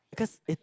because it